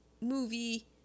movie